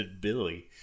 billy